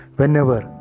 Whenever